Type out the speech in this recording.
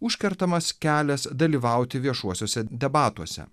užkertamas kelias dalyvauti viešuosiuose debatuose